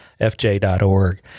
FJ.org